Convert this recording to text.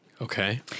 Okay